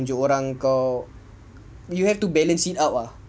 tunjuk orang kau you have to balance it out ah